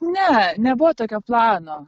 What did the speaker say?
ne nebuvo tokio plano